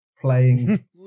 playing